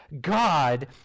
God